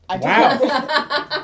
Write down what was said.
Wow